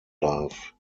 darf